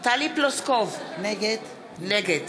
טלי פלוסקוב, נגד